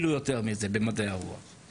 אנחנו נהיה יותר חכמים לגבי התוצאות הנוספות.